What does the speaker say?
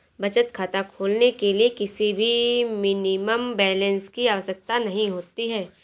बचत खाता खोलने के लिए किसी भी मिनिमम बैलेंस की आवश्यकता नहीं होती है